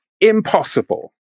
impossible